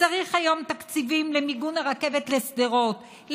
צריך היום תקציבים למיגון הרכבת לשדרות,